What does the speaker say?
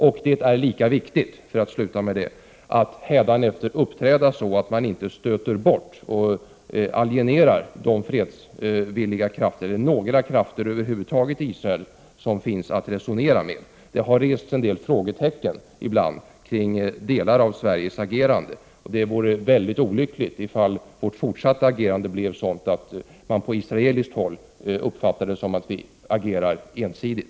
Jag vill sluta med att säga att det är lika viktigt att hädanefter uppträda så, att man inte stöter bort och alienerar de fredsvilliga krafterna i Israel, de krafter över huvud taget i Israel som det går att resonera med. Det har ibland satts en del frågetecken beträffande delar av Sveriges agerande. Det vore mycket olyckligt om vårt fortsatta agerande bleve sådant att man på israeliskt håll uppfattade det som att vi agerar ensidigt.